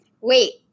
Wait